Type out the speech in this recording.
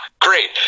great